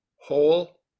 whole